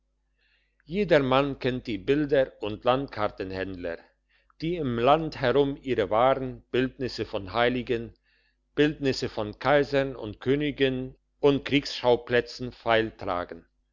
jedermann kennt die bilder und landkartenhändler die im land herum ihre waren bildnisse von heiligen bildnisse von kaisern und königen und kriegsschauplätzen feil tragen